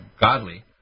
godly